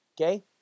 Okay